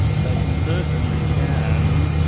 they certainly can